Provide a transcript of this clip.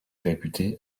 réputé